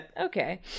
Okay